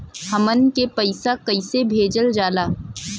हमन के पईसा कइसे भेजल जाला?